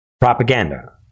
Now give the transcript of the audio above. Propaganda